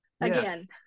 again